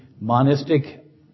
monistic